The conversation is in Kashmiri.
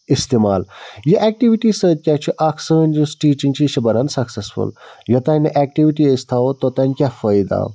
اِستعمال یہِ ایٚکیٛوٗٹی سۭتۍ کیٛاہ چھُ اکھ سٲنۍ یُس ٹیٖچِنٛگ چھِ یہِ چھِ بَنن سَکسیٚسفُل یوٚتانۍ ایٚکٹیٛوِٗٹی أسۍ توٚتانۍ کیٛاہ فٲیدٕ آو